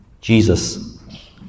Jesus